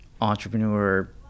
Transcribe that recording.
entrepreneur